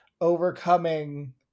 overcoming